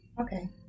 okay